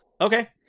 Okay